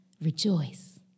rejoice